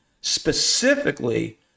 specifically